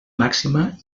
màxima